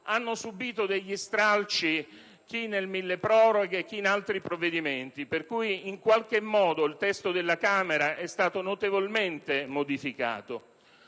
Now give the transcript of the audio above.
hanno subito degli stralci nel milleproroghe o in altri provvedimenti, per cui in qualche modo il testo della Camera è stato notevolmente modificato.